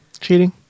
cheating